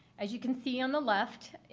as you can see on the left,